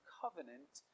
covenant